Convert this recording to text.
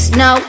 no